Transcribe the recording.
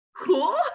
cool